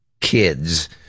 kids